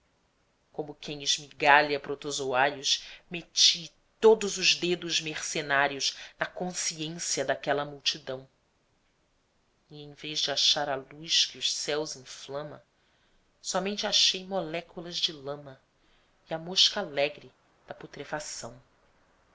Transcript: como quem esmigalha protozoários meti todos os dedos mercenários na consciência daquela multidão e em vez de achar a luz que os céus inflama somente achei moléculas de lama e a mosca alegre da putrefação